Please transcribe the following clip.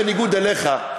בניגוד אליך,